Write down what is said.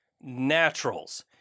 Naturals